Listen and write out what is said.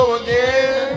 again